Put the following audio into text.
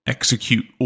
execute